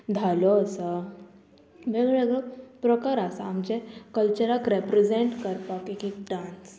धालो आसा वेगवेगळो प्रकार आसा आमचे कल्चराक रेप्रेजेंट करपाक एक एक डांस